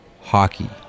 Hockey